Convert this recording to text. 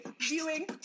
viewing